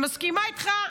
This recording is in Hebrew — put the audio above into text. אני מסכימה איתך,